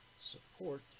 support